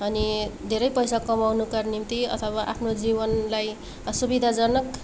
अनि धेरै पैसा कमाउनुका निम्ति अथवा आफ्नो जीवनलाई सुविधाजनक